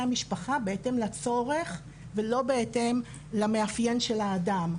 המשפחה בהתאם לצורך ולא בהתאם למאפיין של האדם.